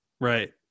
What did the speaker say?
Right